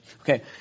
Okay